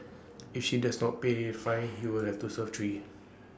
if she does not pay fine he will have to serve three